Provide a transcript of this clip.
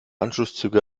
anschlusszüge